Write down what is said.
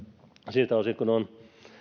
siltä osin kuin ne ovat